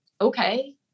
okay